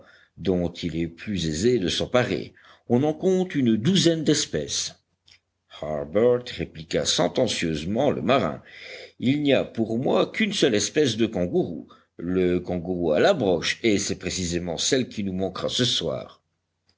dont il est plus aisé de s'emparer on en compte une douzaine d'espèces harbert répliqua sentencieusement le marin il n'y a pour moi qu'une seule espèce de kangourou le kangourou à la broche et c'est précisément celle qui nous manquera ce soir